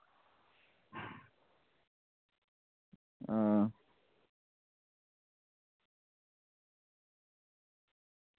हां